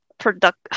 product